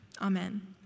Amen